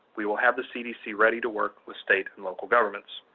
we will have the cdc ready to work with state and local governments.